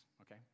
okay